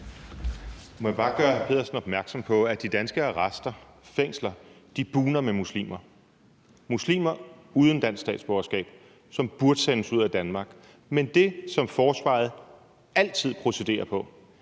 gøre hr. Torsten Schack Pedersen opmærksom på, at de danske arrester og fængsler bugner med muslimer, muslimer uden et dansk statsborgerskab, som burde sendes ud af Danmark, men at det, som forsvaret altid procederer på,